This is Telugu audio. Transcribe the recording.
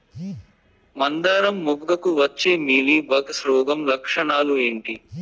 మందారం మొగ్గకు వచ్చే మీలీ బగ్స్ రోగం లక్షణాలు ఏంటి?